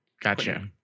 Gotcha